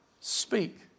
speak